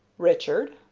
richard?